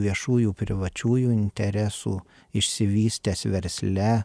viešųjų privačiųjų interesų išsivystęs versle